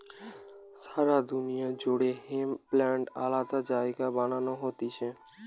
সারা দুনিয়া জুড়ে hemp plant আলাদা জায়গায় বানানো হতিছে